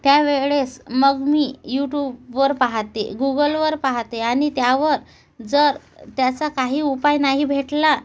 त्यावेळेस मग मी यूटूबवर पाहते गुगलवर पाहते आणि त्यावर जर त्याचा काही उपाय नाही भेटला